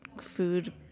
food